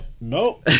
nope